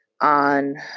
on